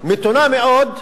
מתונה מאוד,